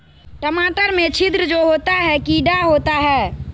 टमाटर में छिद्र जो होता है किडा होता है?